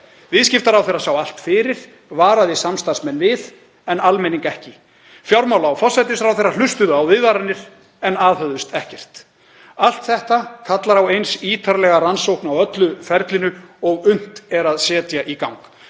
Viðskiptaráðherra sá allt fyrir, varaði samstarfsmenn við en almenning ekki. Fjármálaráðherra og forsætisráðherra hlustuðu á viðvaranir en aðhöfðust ekkert. Allt þetta kallar á eins ítarlega rannsókn á öllu ferlinu og unnt er að setja í gang.